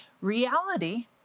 reality